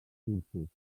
discursos